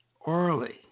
orally